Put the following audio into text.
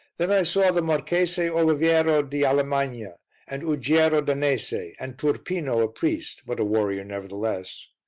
then i saw the marchese oliviero di allemagna and uggiero danese and turpino, a priest, but a warrior nevertheless.